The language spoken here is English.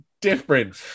different